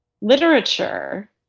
literature